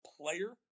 player